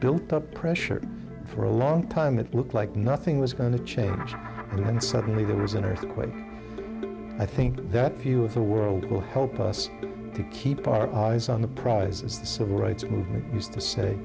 built up pressure for a long time it looked like nothing was going to change and then suddenly there was an earthquake i think that view of the world will help us to keep our eyes on the prize as the civil rights movement used to say